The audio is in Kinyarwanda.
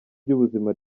ry’ubuzima